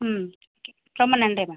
ம் ரொம்ப நன்றி மேம்